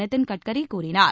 நிதின் கட்கரி கூறினார்